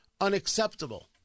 unacceptable